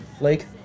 lake